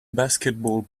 basketball